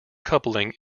coupling